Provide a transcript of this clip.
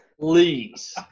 please